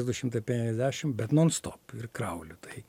du šimtai penkiasdešimt bet non stop ir krauliu tai